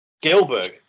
Gilbert